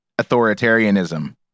authoritarianism